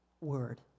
word